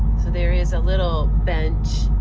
so there is a little bench.